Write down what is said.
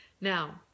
Now